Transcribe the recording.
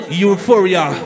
euphoria